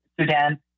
Sudan